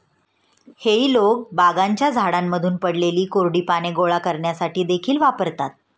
हेई लोक बागांच्या झाडांमधून पडलेली कोरडी पाने गोळा करण्यासाठी देखील वापरतात